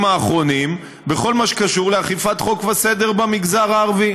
האחרונים בכל מה שקשור לאכיפת חוק וסדר במגזר הערבי.